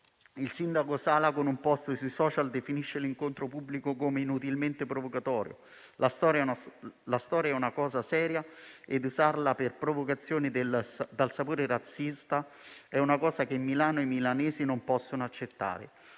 Il sindaco Sala, con un *post* sui *social*, ha definito l'incontro pubblico come inutilmente provocatorio. «La storia è una cosa seria: usarla per provocazioni dal sapore di razzismo»... «è una cosa che Milano e i milanesi non possono accettare».